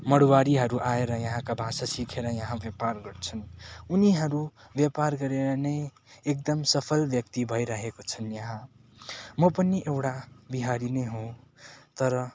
मरवाडीहरू आएर यहाँका भाषा सिकेर यहाँ व्यापार गर्छन् उनीहरू व्यापार गरेर नै एकदम सफल व्यक्ति भइरहेका छन् यहाँ म पनि एउटा बिहारी नै हुँ तर